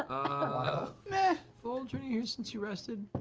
ah matt full journey here since you rested.